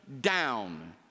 down